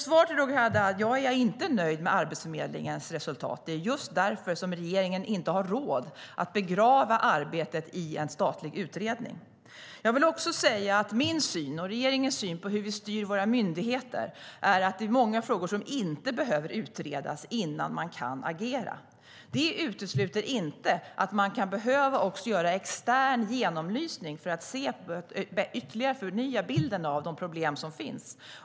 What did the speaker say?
Svaret till Roger Haddad är att jag inte är nöjd med Arbetsförmedlingens resultat, och det är just därför som regeringen inte har råd att begrava arbetet i en statlig utredning. Jag vill också säga att min och regeringens syn på hur vi styr våra myndigheter är att det finns många frågor som inte behöver utredas innan vi kan agera. Detta utesluter inte att man kan behöva göra extern genomlysning för att ytterligare förnya bilden av de problem som finns.